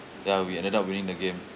ya we ended up winning the game